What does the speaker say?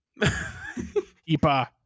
Epa